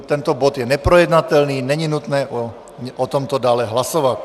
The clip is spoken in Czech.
Tento bod je neprojednatelný, není nutné o tomto dále hlasovat.